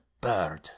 bird